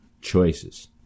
choices